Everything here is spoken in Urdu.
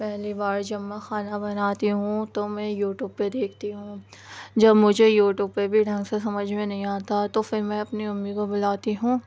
پہلی بار جب میں کھانا بناتی ہوں تو میں یو ٹیوب پہ دیکھتی ہوں جب مجھے یو ٹیوب پہ بھی ڈھنگ سے سمجھ میں نہیں آتا تو پھر میں اپنی امی کو بلاتی ہوں